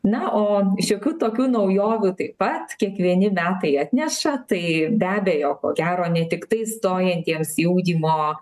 na o šiokių tokių naujovių taip pat kiekvieni metai atneša tai be abejo ko gero ne tiktai stojantiems į ugdymo